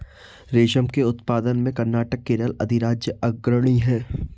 रेशम के उत्पादन में कर्नाटक केरल अधिराज्य अग्रणी है